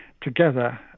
together